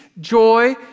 joy